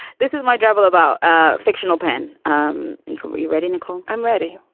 this is my drabble about ah fictional pen um you you ready, nicole? i'm ready.